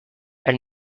elle